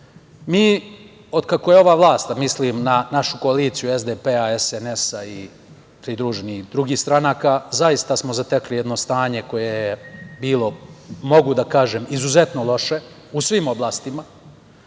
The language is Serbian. od kako je ova vlast, a mislim na našu koaliciju SPDS, SNS i pridruženih drugih stranaka, zaista smo zatekli jedno stanje koje je bilo, mogu da kažem, izuzetno loše u svim oblastima.